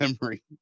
memory